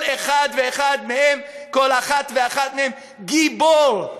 כל אחד ואחד מהם, כל אחת ואחת מכן, גיבור.